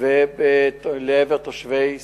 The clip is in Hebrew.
ולעבר תושבי סילואן.